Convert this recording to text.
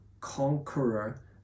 conqueror